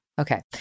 Okay